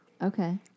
Okay